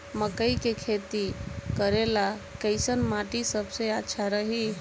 मकई के खेती करेला कैसन माटी सबसे अच्छा रही?